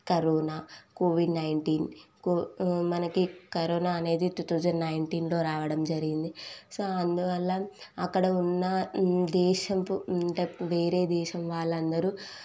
corona Covid nineteen కో మనకి corona అనేది టూ థౌసండ్ నైంటీన్లో రావడం జరిగింది సో అందువల్ల అక్కడ ఉన్న దేశపు అంటే వేరే దేశపు వాళ్ళందరు